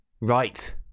right